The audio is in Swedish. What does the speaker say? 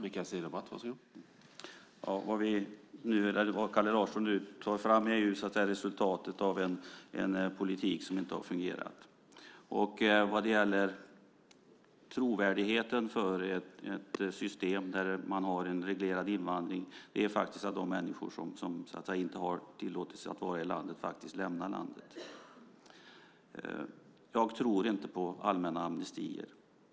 Herr talman! Det Kalle Larsson nu pratar om är resultatet av en politik som inte har fungerat. Sedan gäller det trovärdigheten för ett system med en reglerad invandring. Det handlar faktiskt om att de människor som inte har tillåtelse att vara i landet lämnar landet. Jag tror inte på allmänna amnestier.